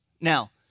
now